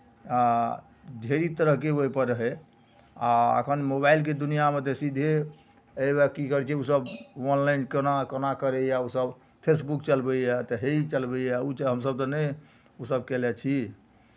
आ ढेरी तरहके ओहिपर रहै आ एखन मोबाइलके दुनिआँमे तऽ सीधे एहिमे की करै छै ओसभ ऑनलाइन केना केना करैए ओसभ फेसबुक चलबैए तऽ हे ई चलबैए ओ चल हमसभ तऽ नहि ओसभ कयने छी